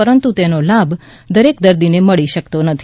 પરંતુ તેનો લાભ દરેક દર્દીને મળી શકતો નથી